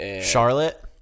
Charlotte